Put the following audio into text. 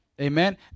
amen